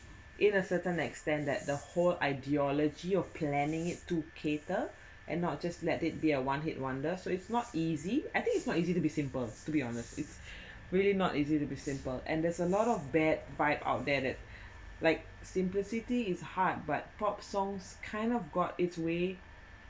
in a certain extent that the whole ideology of planning it to cater and not just let it be a one hit wonder so it's not easy I think it's not easy to be simple to be honest it's really not easy to be simple and there's a lot of bad vibe out there that like simplicity is heart but pop songs kind of got its way